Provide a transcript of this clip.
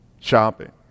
shopping